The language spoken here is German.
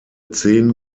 zehn